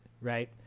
right